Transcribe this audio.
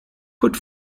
put